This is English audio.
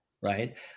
right